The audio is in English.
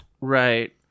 right